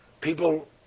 people